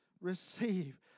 receive